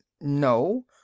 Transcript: No